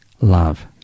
love